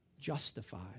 justified